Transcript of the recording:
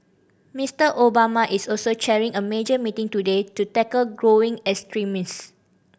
Mister Obama is also chairing a major meeting today to tackle growing extremism